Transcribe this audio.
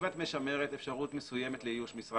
אם את משמרת אפשרות מסוימת לאיוש משרה